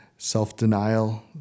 Self-denial